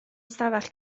ystafell